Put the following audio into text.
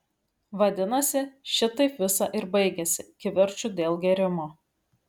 vadinasi šitaip visa ir baigiasi kivirču dėl gėrimo